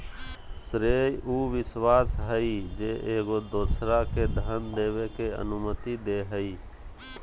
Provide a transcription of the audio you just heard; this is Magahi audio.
श्रेय उ विश्वास हइ जे एगो दोसरा के धन देबे के अनुमति दे हइ